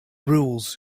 rules